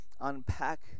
unpack